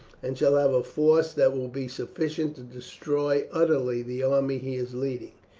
and shall have a force that will be sufficient to destroy utterly the army he is leading.